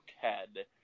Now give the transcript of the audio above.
Head